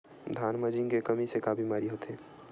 धान म जिंक के कमी से का बीमारी होथे?